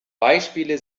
beispiele